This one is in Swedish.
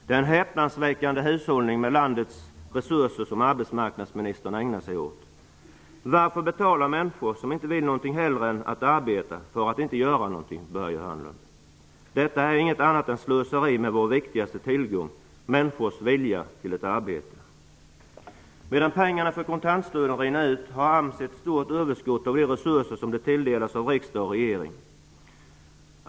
Det är en häpnadsväckande hushållning med landets resurser som arbetsmarknadsministern ägnar sig åt. Varför betala människor -- som inte vill någonting hellre än att arbeta -- för att inte göra någonting, Börje Hörnlund? Detta är inget annat än slöseri med vår viktigaste tillgång, människors vilja till arbete. Medan pengarna för kontantstödet rinner i väg, har AMS ett stort överskott av de resurser som tilldelats av riksdag och regering.